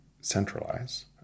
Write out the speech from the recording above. centralize